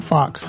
Fox